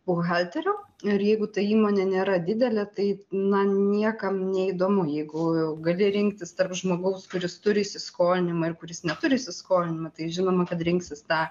buhalterio ir jeigu ta įmonė nėra didelė tai na niekam neįdomu jeigu gali rinktis tarp žmogaus kuris turi įsiskolinimą ir kuris neturi įsiskolinimų tai žinoma kad rinksis tą